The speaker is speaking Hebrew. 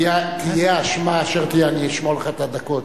תהיה האשמה אשר תהיה, אני אשמור לך את הדקות,